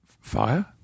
Fire